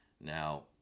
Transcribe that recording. Now